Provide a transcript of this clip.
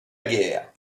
guerre